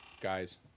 guys